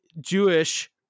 Jewish